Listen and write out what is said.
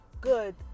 good